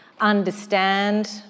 understand